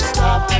Stop